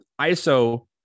ISO